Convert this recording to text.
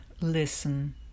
listen